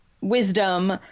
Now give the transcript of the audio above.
wisdom